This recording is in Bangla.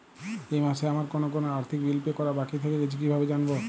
এই মাসে আমার কোন কোন আর্থিক বিল পে করা বাকী থেকে গেছে কীভাবে জানব?